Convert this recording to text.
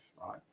right